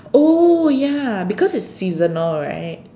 oh ya because it's seasonal right